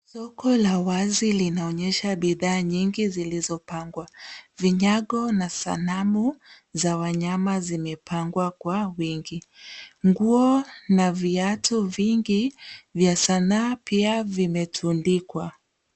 Soko la wazi linaonyesha bidhaa nyingi zilizopangwa. Vinyago na sanamu za wanyama zimepangwa kwa wingi. Nguo na viatu vingi vya sanaa pia vimetundikwa.